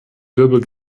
wirbel